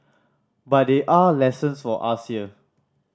but there are lessons for us here